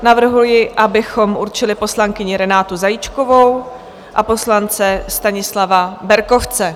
Navrhuji, abychom určili poslankyni Renátu Zajíčkovou a poslance Stanislava Berkovce.